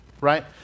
right